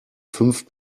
fünf